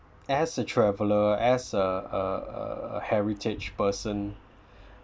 as a traveller as a a a heritage person